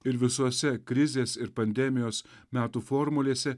ir visose krizės ir pandemijos metų formulėse